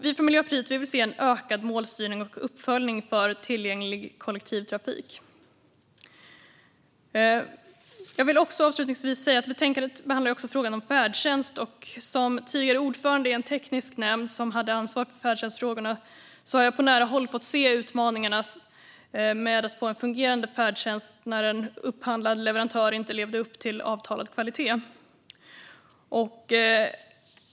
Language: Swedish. Vi från Miljöpartiet vill se en ökad målstyrning och uppföljning för tillgänglig kollektivtrafik. Avslutningsvis vill jag säga att betänkandet också behandlar frågan om färdtjänst. Som tidigare ordförande i en teknisk nämnd som hade ansvar för färdtjänstfrågorna har jag på nära håll fått se utmaningarna med att få en fungerande färdtjänst när en upphandlad leverantör inte levde upp till avtalad kvalitet.